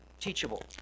Teachable